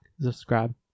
subscribe